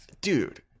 Dude